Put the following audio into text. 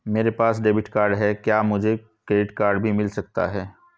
मेरे पास debit card है क्या मुझे क्रेडिट कार्ड भी मिल सकता है?